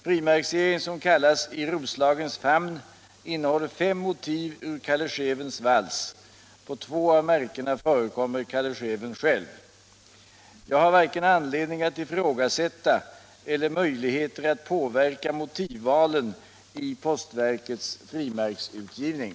Frimärksserien, som kallas ”I Roslagens famn”, innehåller fem motiv ur Calle Schewens vals. På två av märkena förekommer Calle Schewen själv. Jag har varken anledning att ifrågasätta eller möjligheter att påverka motivvalen i postverkets frimärksutgivning.